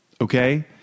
Okay